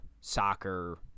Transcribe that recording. soccer